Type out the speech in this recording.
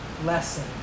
Lesson